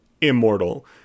immortal